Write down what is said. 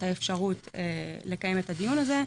לא היתה את האפשרות לקיים את הדיון הזה.